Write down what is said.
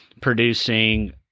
producing